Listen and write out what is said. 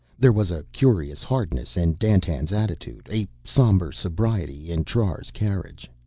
there was a curious hardness in dandtan's attitude, a somber sobriety in trar's carriage.